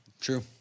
true